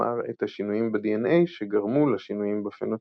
כלומר את השינויים ב-DNA שגרמו לשינויים בפנוטיפים.